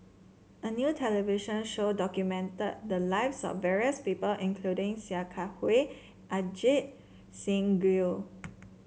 a new television show documented the lives of various people including Sia Kah Hui Ajit Singh Gill